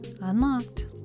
Unlocked